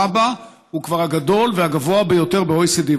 בה הוא כבר הגדול והגבוה ביותר ב-OECD.